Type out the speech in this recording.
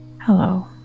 Hello